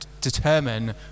determine